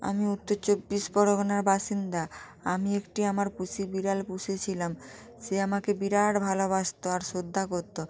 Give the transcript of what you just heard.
আমি উত্তর চব্বিশ পরগনার বাসিন্দা আমি একটি আমার পুষি বিড়াল পুষেছিলাম সে আমাকে বিরাট ভালোবাসত আর শ্রদ্ধা করত